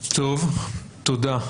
טוב, תודה.